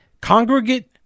congregate